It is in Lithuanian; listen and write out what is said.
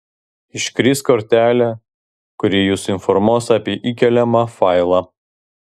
iškris kortelė kuri jus informuos apie įkeliamą failą